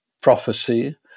prophecy